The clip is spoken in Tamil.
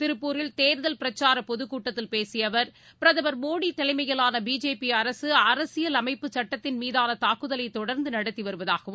திருப்பூரில் தேர்தல் பிரச்சார பொதுக்கூட்டத்தில் பேசிய அவர் பிரதமர் மோடி தலைமையிலான பிஜேபி அரசு அரசியல் அமைப்பு சட்டத்தின் மீதான தாக்சூதலை தொடர்ந்து நடத்தி வருவதாகவும்